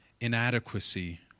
inadequacy